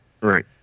Right